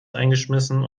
eingeschmissen